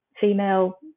female